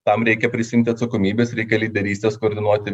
tam reikia prisiimti atsakomybes reika lyderystės koordinuoti